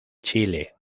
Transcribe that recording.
chile